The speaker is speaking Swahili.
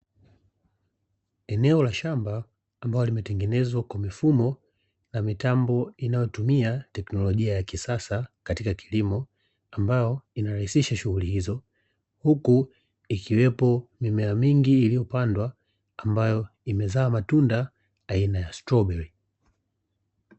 Eneo la shamba, ambalo limetengenezwa kwa mifumo ya mitambo inayotumia teknolojia ya kisasa katika kilimo, ambayo ina rahisisha shughuli hizo. Huku ikiwepo mimea mingi iliyopandwa ambayo imezaa matunda aina ya strobeli.